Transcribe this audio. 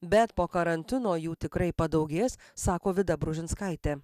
bet po karantino jų tikrai padaugės sako vida bružinskaitė